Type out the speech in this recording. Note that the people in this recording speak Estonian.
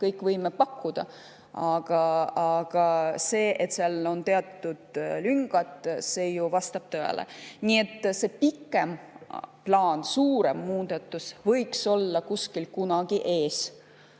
kõik võime pakkuda. Aga see, et seal on teatud lüngad, vastab tõele. Nii et see pikem plaan, suurem muudatus võiks olla kuskil kunagi ees,